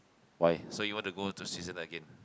why so you want to go to Switzerland again